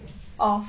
off